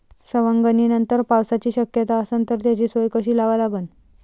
सवंगनीनंतर पावसाची शक्यता असन त त्याची सोय कशी लावा लागन?